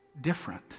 different